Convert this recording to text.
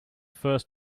first